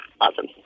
awesome